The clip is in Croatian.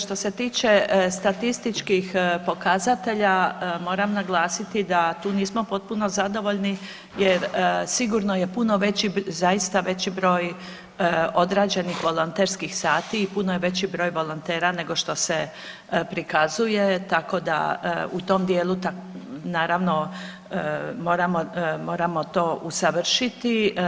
Što se tiče statističkih pokazatelja moram naglasiti da tu nismo potpuno zadovoljni jer sigurno je puno veći zaista veći broj odrađenih volonterskih sati i puno je veći broj volontera nego što se prikazuje, tako da u tom dijelu naravno moramo to usavršiti.